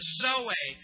zoe